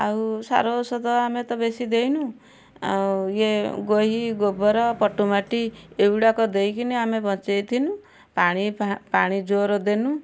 ଆଉ ସାର ଔଷଧ ଆମେ ତ ବେଶୀ ଦେଇନୁ ଆଉ ଏ ଗୋହି ଗୋବର ପଟୁ ମାଟି ଏଇଗୁଡ଼ାକ ଦେଇକିନି ଆମେ ବଞ୍ଚେଇଥିଲୁ ପାଣି ପାଣି ଜୋର ଦେଲୁ